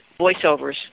voiceovers